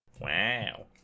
Wow